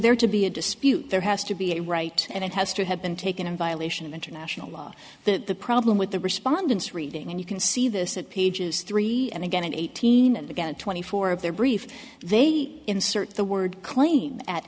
there to be a dispute there has to be a right and it has to have been taken in violation of international law the problem with the respondents reading and you can see this at pages three and again in eighteen and again twenty four of their brief they insert the word claim at